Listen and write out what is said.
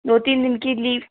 दो तीन दिन की लीव